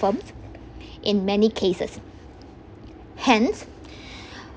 film in many cases hence